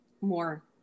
more